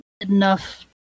enough